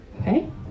Okay